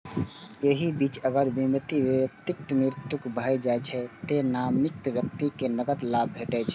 एहि बीच अगर बीमित व्यक्तिक मृत्यु भए जाइ छै, तें नामित व्यक्ति कें नकद लाभ भेटै छै